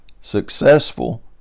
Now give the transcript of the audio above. Successful